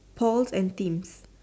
Paul and Kim's